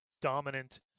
dominant